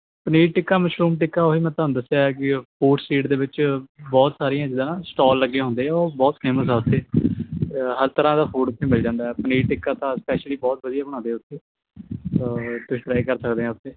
paneer tikka mushroom tikka ਉਹੀ ਮੈਂ ਤੁਹਾਨੂੰ ਦੱਸਿਆ ਕਿ ਫੂਡ ਸਟੀਟ ਦੇ ਵਿੱਚ ਬਹੁਤ ਸਾਰੀਆਂ ਜਿੱਦਾਂ ਸਟੋਲ ਲੱਗੇ ਹੁੰਦੇ ਉਹ ਬਹੁਤ ਫੇਮਸ ਆ ਉੱਥੇ ਹਰ ਤਰਾਂ ਦਾ ਫੂਡ ਵੀ ਮਿਲ ਜਾਂਦਾ ਆ ਪਨੀਰ ਟਿੱਕਾ ਤਾਂ ਸਪੈਸ਼ਲੀ ਬਹੁਤ ਵਧੀਆ ਬਣਾਉਂਦੇ ਉੱਥੇ ਤੁਸੀਂ ਟ੍ਰਾਈ ਕਰ ਸਕਦੇ ਆ ਉੱਥੇ